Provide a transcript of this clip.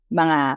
mga